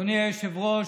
אדוני היושב-ראש,